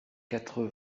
quatre